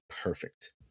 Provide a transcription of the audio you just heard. perfect